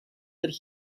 that